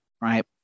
right